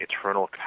eternal